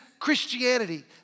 Christianity